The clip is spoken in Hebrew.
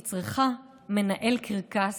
היא צריכה מנהל קרקס,